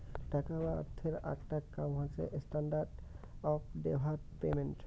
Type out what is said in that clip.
টাকা বা অর্থের আকটা কাম হসে স্ট্যান্ডার্ড অফ ডেফার্ড পেমেন্ট